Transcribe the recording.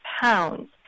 pounds